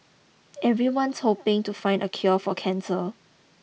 everyone's hoping to find a cure for cancer